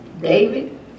David